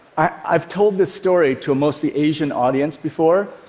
i've told this story to a mostly asian audience before.